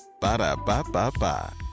Ba-da-ba-ba-ba